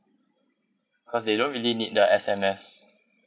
cause they don't really need the S_M_S